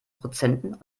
prozenten